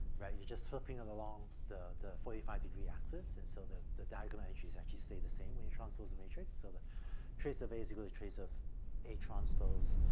right, you're just flipping it along the the forty five degree axis. and so the the diagonal entries actually stay the same when you transpose the matrix. so the trace of a is equal to trace of a transpose,